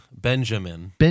Benjamin